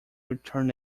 returned